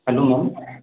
hello ma'am